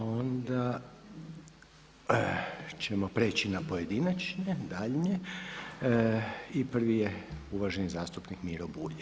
Onda ćemo prijeći na pojedinačne daljnje i prvi je uvaženi zastupnik Miro Bulj.